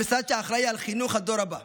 המשרד שאחראי לחינוך הדור הבא,